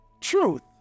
Truth